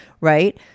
right